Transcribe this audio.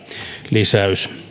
lisäys